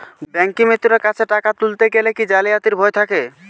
ব্যাঙ্কিমিত্র কাছে টাকা তুলতে গেলে কি জালিয়াতির ভয় থাকে?